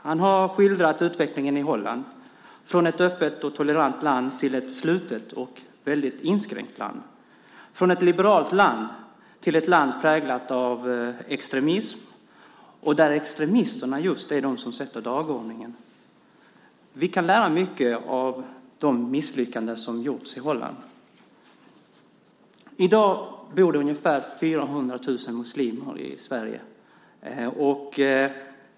Han har skildrat utvecklingen i Holland, från ett öppet och tolerant land till ett slutet och väldigt inskränkt land, från ett liberalt land till ett land präglat av extremism, och där det är extremisterna som sätter dagordningen. Vi kan lära oss mycket av de misslyckanden som har gjorts i Holland. I dag bor det ungefär 400 000 muslimer i Sverige.